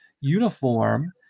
uniform